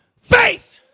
faith